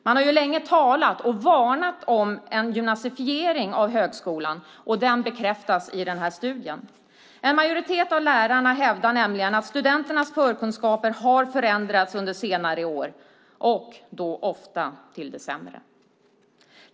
Man har ju länge talat om och varnat för en gymnasifiering av högskolan, och det bekräftas i den här studien. En majoritet av lärarna hävdar nämligen att studenternas förkunskaper har förändrats under senare år, ofta till det sämre.